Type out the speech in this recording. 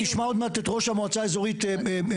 תשמע עוד מעט את ראש המועצה האזורית משגב,